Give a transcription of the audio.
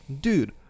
Dude